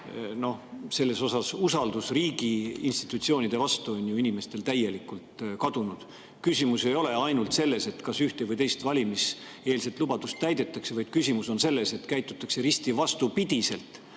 või mitte? Usaldus on riigi institutsioonide vastu inimestel ju täielikult kadunud. Küsimus ei ole ainult selles, kas ühte või teist valimiseelset lubadust täidetakse, vaid küsimus on selles, et käitutakse risti vastupidi